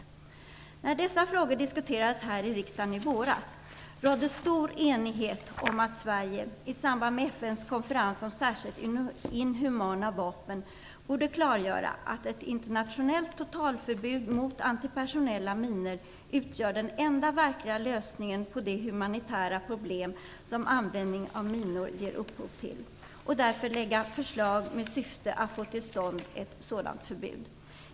När dessa frågor diskuterades här i riksdagen i våras rådde stor enighet om att Sverige i samband med FN:s konferens om särskilt inhumana vapen borde klargöra att ett internationellt totalförbud mot antipersonella minor utgör den enda verkliga lösningen på det humanitära problem som användningen av minor ger upphov till och därför lägga fram förslag med syfte att få till stånd ett sådant förbud.